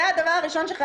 זה הדבר הראשון?